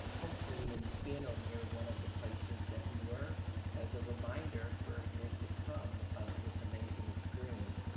hopefully, in in or near one of the places that we were as a reminder for years to come of this amazing experience